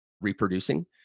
reproducing